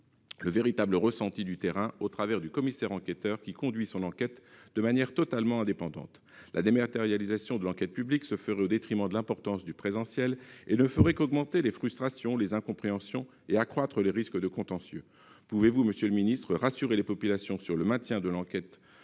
le véritable ressenti du terrain grâce au commissaire-enquêteur, qui conduit son enquête de manière totalement indépendante. La dématérialisation de l'enquête publique se ferait au détriment du présentiel et ne ferait qu'accroître les frustrations, les incompréhensions et les risques de contentieux. Pourriez-vous assurer les populations du maintien de l'enquête